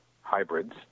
hybrids